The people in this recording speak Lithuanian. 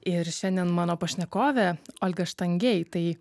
ir šiandien mano pašnekovė olga štangej tai